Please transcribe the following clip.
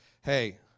hey